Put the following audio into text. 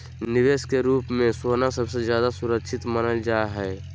निवेश के रूप मे सोना सबसे ज्यादा सुरक्षित मानल जा हय